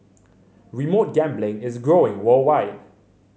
remote gambling is growing worldwide